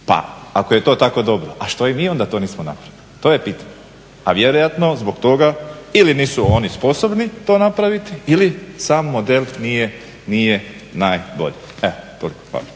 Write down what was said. Pa ako je to takav dogovor a što i mi onda to nismo napravili, to je pitanje. Pa vjerojatno zbog toga ili nisu oni sposobni to napraviti ili sam model nije najbolji. Evo toliko, hvala.